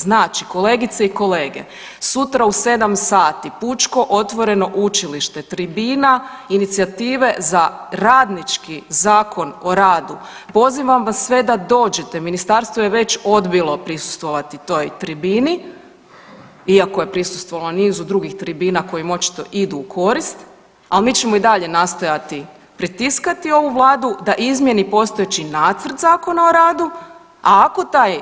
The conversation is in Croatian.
Znači, kolegice i kolege, sutra u 7 sati, Pučko otvoreno učilište, tribina inicijative za radnički Zakon o radu, pozivam vas sve da dođete, ministarstvo je već odbilo prisustvovati toj tribini, iako je prisustvovalo nizu drugih tribina koje im očito idu u korist, ali mi ćemo i dalje nastojati pritiskati ovu Vladu da izmjeni postojeći nacrt Zakona o radu, a ako taj